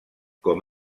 com